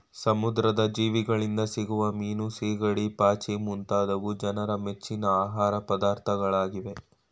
ಸಮುದ್ರದ ಜೀವಿಗಳಿಂದ ಸಿಗುವ ಮೀನು, ಸಿಗಡಿ, ಪಾಚಿ ಮುಂತಾದವು ಜನರ ಮೆಚ್ಚಿನ ಆಹಾರ ಪದಾರ್ಥಗಳಾಗಿವೆ